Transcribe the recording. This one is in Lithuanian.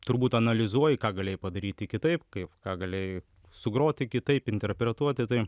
turbūt analizuoji ką galėjai padaryti kitaip kaip ką galėjai sugroti kitaip interpretuoti tai